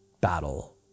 battle